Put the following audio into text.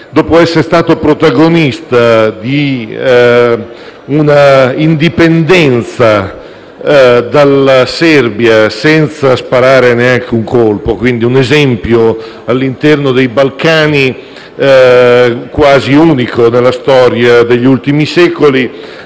dopo esser stato protagonista di una indipendenza dalla Serbia senza sparare neanche un colpo (quindi un esempio quasi unico nei Balcani nella storia degli ultimi secoli),